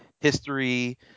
history